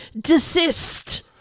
desist